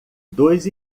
dois